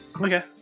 Okay